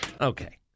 Okay